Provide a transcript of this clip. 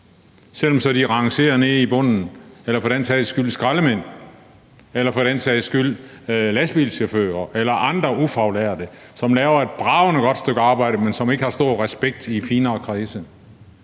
selv om de så rangerer nede i bunden, eller for den sags skyld skraldemand eller lastbilchauffør eller andre ufaglærte, som laver et bragende godt stykke arbejde, men som ikke får stor respekt i finere kredse.